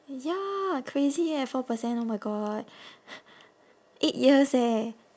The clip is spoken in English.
ya crazy eh four percent oh my god eight years eh